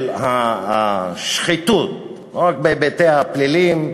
של השחיתות, לא רק בהיבטיה הפליליים,